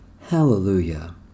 Hallelujah